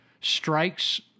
strikes